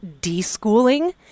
de-schooling